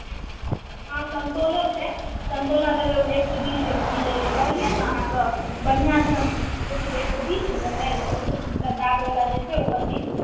हँ सन्तोलो छै सन्तोला लेबै ओ एक सए बीस टका किलो यऽ कहलिये ने अहाँके बढ़िऑं सन्तोला एक सए बीस टके यऽ ओहि सऽ ई जे दाग बला जे छै ओ अस्सी टका